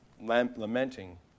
lamenting